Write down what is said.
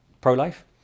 pro-life